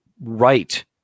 right